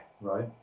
right